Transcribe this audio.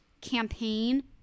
campaign